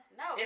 no